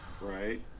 Right